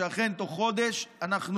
שאכן בתוך חודש אנחנו,